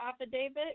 affidavit